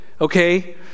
okay